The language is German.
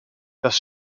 das